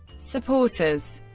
supporters